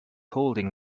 holding